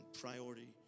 priority